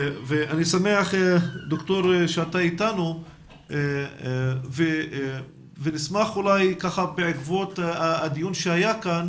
אני שמח שאתה אתנו ונשמח בעקבות הדיון שהיה כאן